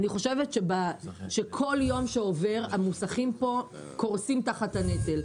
אני חושבת שכל יום שעובר המוסכים פה קורסים תחת הנטל.